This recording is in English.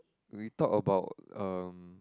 we talk about um